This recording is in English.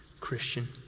Christian